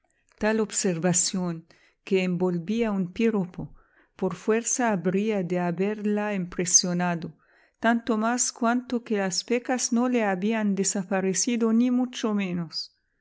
tal observación que envolvía un piropo por fuerza habría de haberla impresionado tanto más cuanto que las pecas no le habían desaparecido ni mucho menos